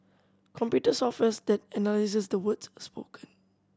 computer software then analyses the words spoken